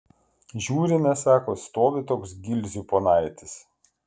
žiūrime sako stovi toks gilzių ponaitis